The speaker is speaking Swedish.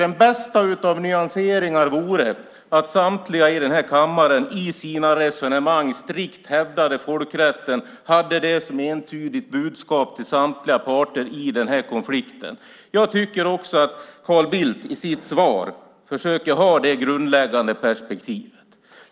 Den bästa av nyanseringar vore att samtliga i kammaren i sina resonemang strikt hävdade folkrätten och hade detta som entydigt budskap till samtliga parter i konflikten. Jag tycker också att Carl Bildt försöker ha det grundläggande perspektivet.